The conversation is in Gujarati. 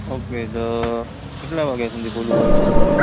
ઓકે તો કેટલા વાગ્યા સુધી ખૂલ્લું હોય છે શોરૂમ